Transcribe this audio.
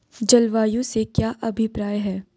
जलवायु से क्या अभिप्राय है?